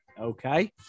okay